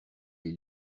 les